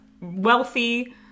wealthy